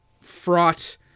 fraught